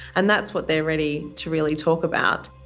and that's what they're ready to really talk about.